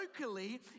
locally